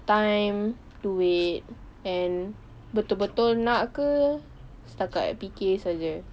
time duit and betul-betul nak atau setakat fikir saja